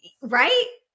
right